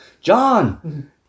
John